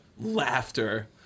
laughter